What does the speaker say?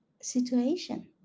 situation